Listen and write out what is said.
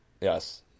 Yes